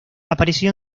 apareció